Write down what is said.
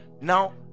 now